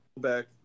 back